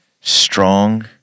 strong